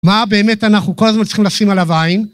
מה באמת אנחנו כל הזמן צריכים לשים עליו עין?